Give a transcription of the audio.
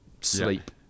sleep